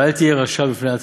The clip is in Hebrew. ואל תהי רשע בפני עצמך.